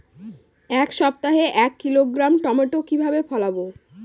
এক সপ্তাহে এক কিলোগ্রাম টমেটো কিভাবে ফলাবো?